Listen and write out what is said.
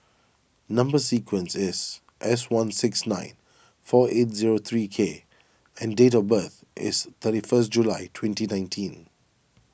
Number Sequence is S one six nine four eight zero three K and date of birth is thirty frist July twenty nineteen